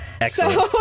Excellent